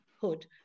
hood